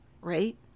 right